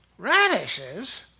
Radishes